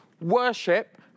worship